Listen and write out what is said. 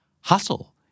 Hustle